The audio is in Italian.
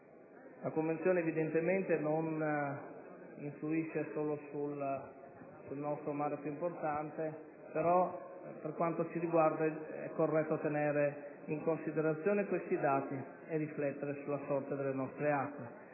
La Convenzione evidentemente non incide solo sul nostro mare, ma per quanto ci riguarda è corretto tenere in considerazione questi dati e riflettere sulla sorte delle nostre acque.